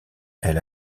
elle